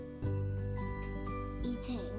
Eating